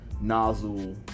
nozzle